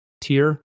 tier